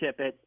Tippett